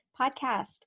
Podcast